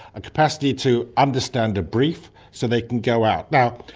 a capacity to understand a brief so they can go out. now,